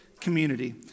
community